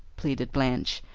pleaded blanche,